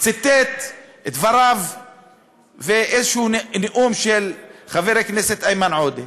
ציטט את דבריו ואיזשהו נאום של חבר הכנסת איימן עודה,